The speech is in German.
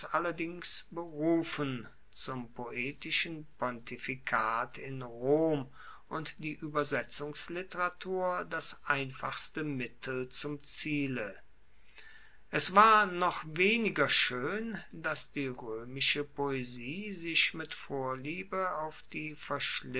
allerdings berufen zum poetischen pontifikat in rom und die uebersetzungsliteratur das einfachste mittel zum ziele es war noch weniger schoen dass die roemische poesie sich mit vorliebe auf die